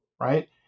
right